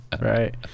right